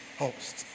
host